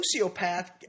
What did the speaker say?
sociopath